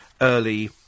early